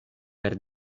per